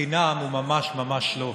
חינם הוא ממש ממש לא.